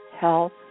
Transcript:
health